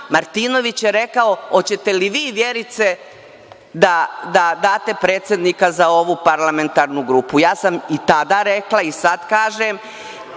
Martinović je rekao – hoćete li vi Vjerice da date predsednika za ovu parlamentarnu grupu. Ja sam i tada rekla i sad kažem